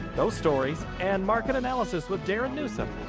those stories and market analysis with darin newsom,